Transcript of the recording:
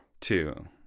Two